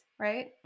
right